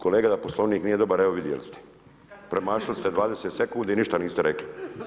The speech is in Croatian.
Kolega, da Poslovnik nije dobar evo vidjeli ste, premašili ste 20 sekundi, ništa niste rekli.